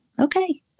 Okay